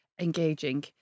engaging